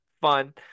Fun